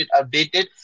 updated